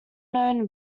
known